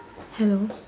hello